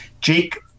Jake